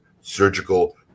surgical